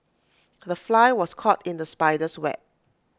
the fly was caught in the spider's web